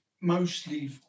mostly